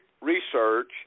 research